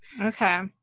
Okay